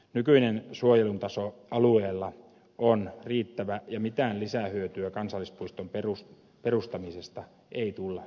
nykyinen suojelun taso alueella on riittävä ja mitään lisähyötyä kansallispuiston perustamisesta ei tulla saamaan